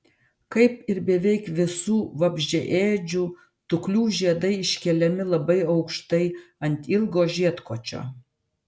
kaip ir beveik visų vabzdžiaėdžių tuklių žiedai iškeliami labai aukštai ant ilgo žiedkočio